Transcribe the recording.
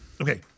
Okay